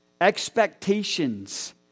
Expectations